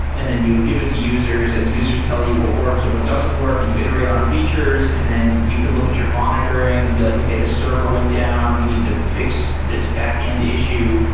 and then you give it to users and the users tell you what works and what doesn't work and you iterate on features, and then you can look at your monitoring and be like, okay, this server went down. we need to fix this back-end issue.